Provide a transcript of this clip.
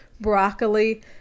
broccoli